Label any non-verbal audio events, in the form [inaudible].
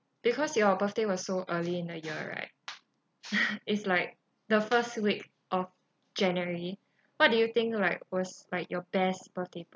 because your birthday was so early in the year right [laughs] is like the first week of january what do you think like was like your best birthday present